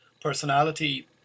personality